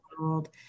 world